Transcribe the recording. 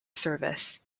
service